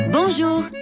Bonjour